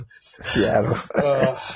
Seattle